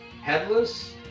Headless